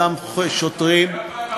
אותם שוטרים,